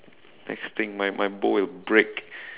next thing my my bow will break